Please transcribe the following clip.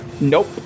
Nope